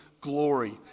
glory